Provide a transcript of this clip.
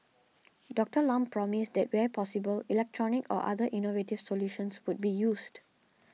Doctor Lam promised that where possible electronic or other innovative solutions would be used